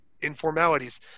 informalities